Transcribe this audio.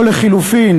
או לחלופין,